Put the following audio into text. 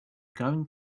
going